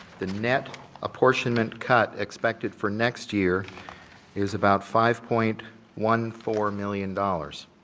the net apportionment cut expected for next year is about five point one four million dollars.